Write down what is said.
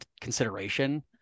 consideration